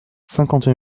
cinquante